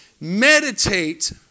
Meditate